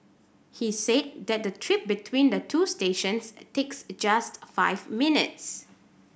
he said that the trip between the two stations takes just five minutes